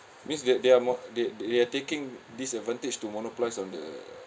means they they are mo~ they they are taking this advantage to monopolise on the